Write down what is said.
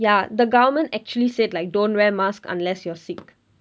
ya the government actually said like don't wear mask unless you're sick